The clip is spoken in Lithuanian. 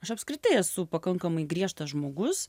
aš apskritai esu pakankamai griežtas žmogus